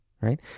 right